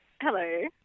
Hello